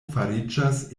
fariĝas